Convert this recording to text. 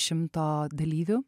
šimto dalyvių